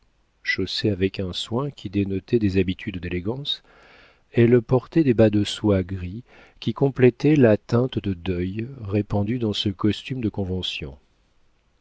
chaussée avec un soin qui dénotait des habitudes d'élégance elle portait des bas de soie gris qui complétaient la teinte de deuil répandue dans ce costume de convention